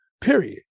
Period